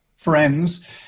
friends